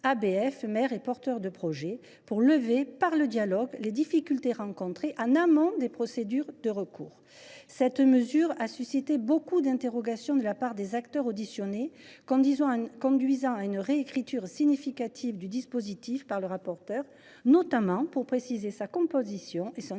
ABF, maires et porteurs de projet, afin de lever, par le dialogue, les difficultés rencontrées en amont de la procédure de recours. Cette mesure a suscité de nombreuses interrogations de la part des acteurs entendus en audition, ce qui a conduit à une réécriture significative du dispositif par le rapporteur, notamment pour préciser sa composition et son articulation